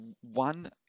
one